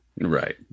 Right